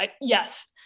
yes